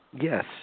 Yes